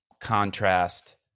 contrast